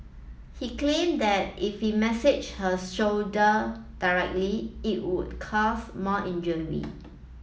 he claimed that if he massaged her shoulder directly it would cause more injury